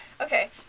Okay